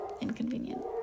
inconvenient